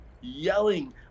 yelling